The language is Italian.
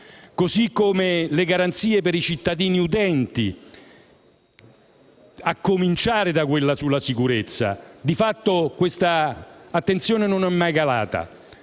fatto per le garanzie per i cittadini utenti, a cominciare da quella sulla sicurezza. Di fatto questa attenzione non è mai calata,